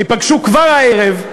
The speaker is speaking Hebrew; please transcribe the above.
ייפגשו כבר הערב,